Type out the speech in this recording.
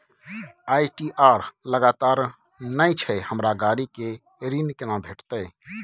ITR लगातार नय छै हमरा गाड़ी के ऋण केना भेटतै?